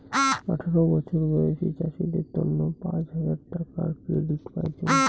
আঠারো বছর বয়সী চাষীদের তন্ন পাঁচ হাজার টাকার ক্রেডিট পাইচুঙ